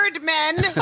men